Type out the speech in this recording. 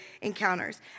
encounters